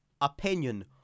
Opinion